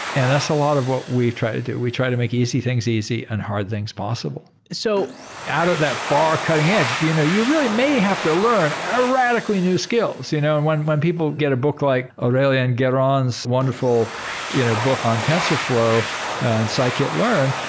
and that's a lot of what we try to do. we try to make easy things easy and hard things possible. so out of that far cutting edge, you know you really may have to learn ah radically new skills. you know and when when people get a book like aurelien geron's wonderful you know book on tensorflow and scikit-learn,